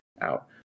out